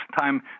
time